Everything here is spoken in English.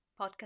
podcast